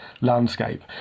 landscape